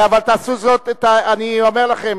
אבל אני אומר לכם